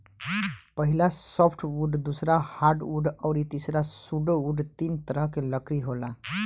पहिला सॉफ्टवुड दूसरा हार्डवुड अउरी तीसरा सुडोवूड तीन तरह के लकड़ी होला